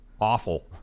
awful